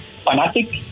fanatic